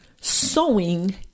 sewing